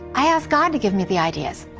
i ask god to give me the ideas.